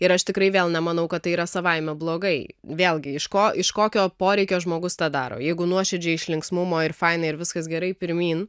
ir aš tikrai vėl nemanau kad tai yra savaime blogai vėlgi iš ko iš kokio poreikio žmogus tą daro jeigu nuoširdžiai iš linksmumo ir faina ir viskas gerai pirmyn